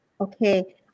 okay